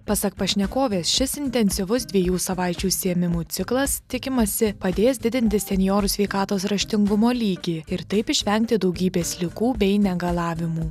pasak pašnekovės šis intensyvus dviejų savaičių užsiėmimų ciklas tikimasi padės didinti senjorų sveikatos raštingumo lygį ir taip išvengti daugybės ligų bei negalavimų